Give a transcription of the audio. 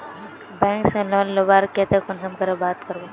Bank से loan लुबार केते कुंसम करे बात करबो?